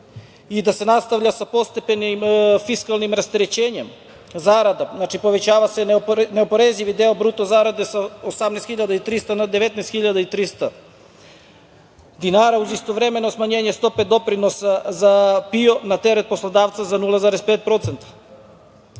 i da se nastavljamo sa postepenim fiskalnim rasterećenjem zarada. Znači povećava se neoporezivi deo bruto zarade sa 18.300 na 19.300 dinara, uz istovremeno smanjenje stope doprinosa za PIO na teret poslodavca za 0,5%.Moram